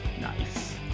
Nice